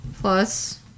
plus